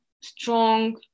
strong